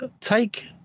take